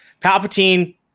Palpatine